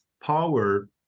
power